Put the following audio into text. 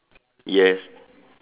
yes